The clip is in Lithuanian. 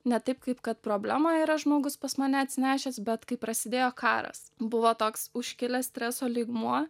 ne taip kaip kad problemą yra žmogus pas mane atsinešęs bet kai prasidėjo karas buvo toks užkilęs streso lygmuo